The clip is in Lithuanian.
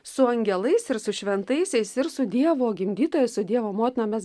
su angelais ir su šventaisiais ir su dievo gimdytoja su dievo motina mes